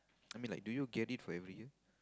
I mean like do you get it for every year